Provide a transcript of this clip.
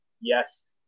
Yes